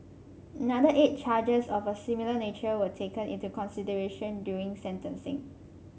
another eight charges of a similar nature were taken into consideration during sentencing